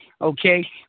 okay